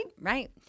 Right